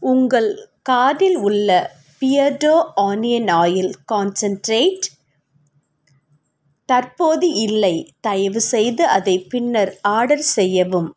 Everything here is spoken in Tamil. உங்கள் கார்ட்டில் உள்ள பியர்டோ ஆனியன் ஆயில் கான்சென்டிரேட் தற்போது இல்லை தயவுசெய்து அதை பின்னர் ஆர்டர் செய்யவும்